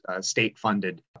state-funded